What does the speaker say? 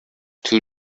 two